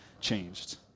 changed